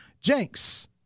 Jenks